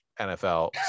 NFL